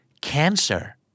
cancer